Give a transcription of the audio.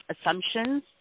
assumptions